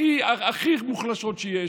הכי מוחלשות שיש,